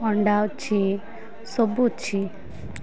ଅଣ୍ଡା ଅଛି ସବୁ ଅଛି